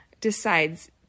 decides